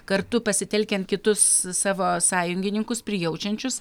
kartu pasitelkiant kitus savo sąjungininkus prijaučiančius